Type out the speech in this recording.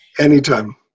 Anytime